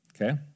Okay